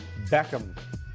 Beckham